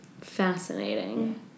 Fascinating